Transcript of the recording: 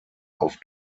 auf